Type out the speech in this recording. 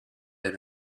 than